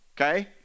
okay